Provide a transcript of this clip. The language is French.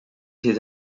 ses